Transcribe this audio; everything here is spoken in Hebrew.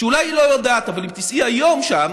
שאולי היא לא יודעת, אבל אם תיסעי היום שם